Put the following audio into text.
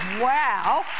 Wow